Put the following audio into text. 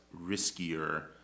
riskier